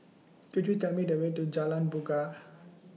Could YOU Tell Me The Way to Jalan Bungar